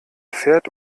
pferd